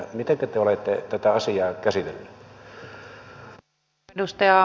mitenkä te olette tätä asiaa käsitelleet